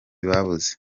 babuze